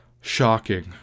Shocking